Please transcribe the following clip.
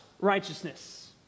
righteousness